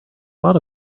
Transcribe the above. lot